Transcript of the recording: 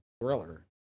thriller